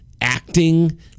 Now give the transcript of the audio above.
acting